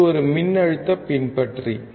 இது ஒரு மின்னழுத்த பின்பற்றி